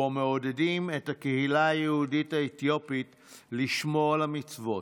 שבו מעודדים את הקהילה היהודית האתיופית לשמור על המצוות,